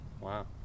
wow